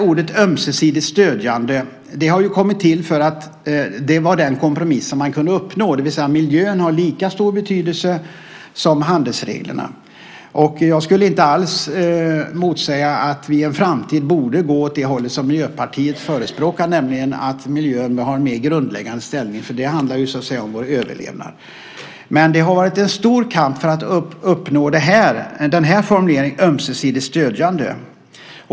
Orden "ömsesidigt stödjande" har kommit till för att det var den kompromiss man kunde uppnå, det vill säga miljön har lika stor betydelse som handelsreglerna. Jag skulle inte alls motsäga att vi i en framtid borde gå åt det hållet som Miljöpartiet förespråkar, nämligen att miljön har en mer grundläggande ställning. Det handlar om vår överlevnad. Det har varit en stor kamp för att komma fram till formuleringen "ömsesidigt stödjande".